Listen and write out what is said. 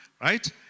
Right